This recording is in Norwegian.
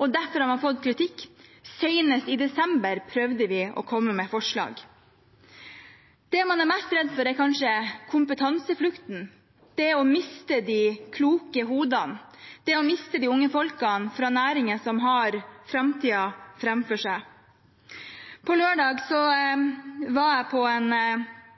Derfor har man fått kritikk. Senest i desember prøvde vi å komme med forslag. Det man er mest redd for, er kanskje kompetanseflukten, det å miste de kloke hodene, det å miste de unge folkene fra næringer som har framtiden framfor seg. På lørdag var jeg på en